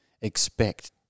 expect